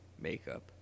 makeup